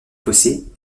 fossés